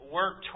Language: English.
work